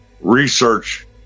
research